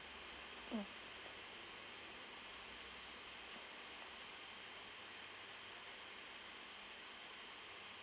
mm